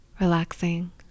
relaxing